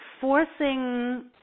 forcing